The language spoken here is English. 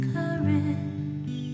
Courage